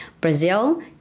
Brazil